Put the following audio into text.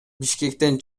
бишкектен